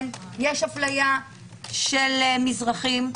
יש הפליה של מזרחיים,